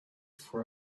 for